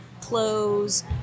clothes